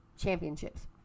championships